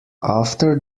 after